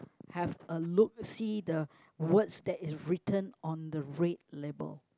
have a look see the words that is written on the red label